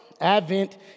Advent